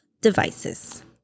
devices